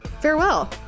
farewell